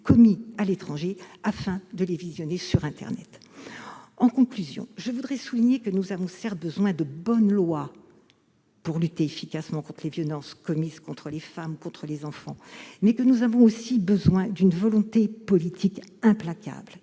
commis à l'étranger afin de les visionner sur internet. En conclusion, je veux souligner que nous avons besoin, certes, de bonnes lois pour lutter efficacement contre les violences commises contre les femmes et les enfants, mais aussi d'une volonté politique implacable